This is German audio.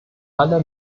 alle